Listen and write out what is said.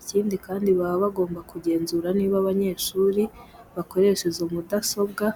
Ikindi kandi baba bagomba kugenzura niba abanyeshuri bakoresha izo mudasobwa